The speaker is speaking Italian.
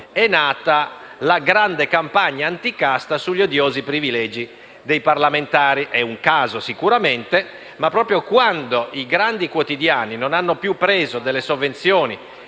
è nata la grande campagna anticasta sugli odiosi privilegi dei parlamentari. È un caso sicuramente, ma proprio quando i grandi quotidiani non hanno più preso delle sovvenzioni,